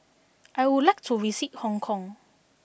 I would like to visit Hong Kong